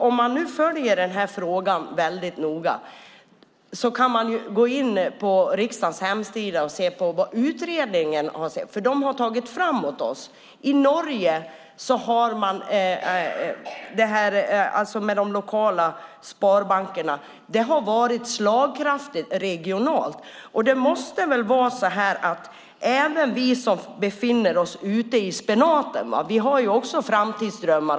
Om man vill följa frågan noga kan man gå in på riksdagens hemsida och se vad utredningen har kommit fram till. I Norge har sparbankerna varit slagkraftiga regionalt. Även vi som befinner oss ute "i spenaten" har också framtidsdrömmar.